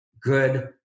good